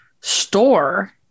store